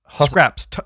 scraps